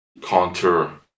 contour